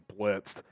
blitzed